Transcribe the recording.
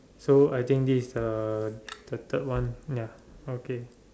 so I think this is the the third one ya okay